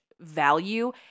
value